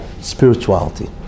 spirituality